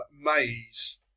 maze